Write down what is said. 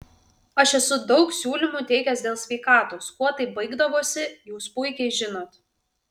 aš esu daug siūlymų teikęs dėl sveikatos kuo tai baigdavosi jūs puikiai žinot